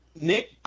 Nick